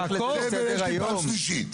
זאב אלקין, פעם שלישית.